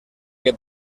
que